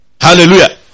Hallelujah